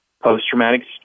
post-traumatic